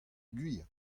gwir